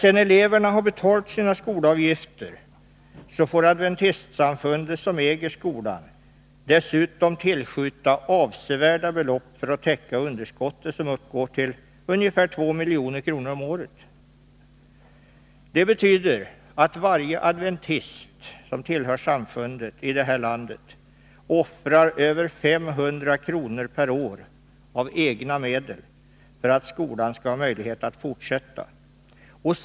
Sedan eleverna har betalat sina skolavgifter får Adventistsamfundet, som äger skolan, tillskjuta avsevärda belopp för att täcka underskottet, som uppgår till ungefär 2 milj.kr. om året. Det betyder att varje adventist i detta land som tillhör samfundet offrar över 500 kr. per år av egna medel för att skolan skall ha möjlighet att fortsätta sin verksamhet.